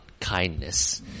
kindness